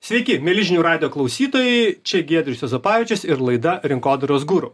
sveiki mieli radijo klausytojai čia giedrius juozapavičius ir laida rinkodaros guru